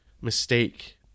mistake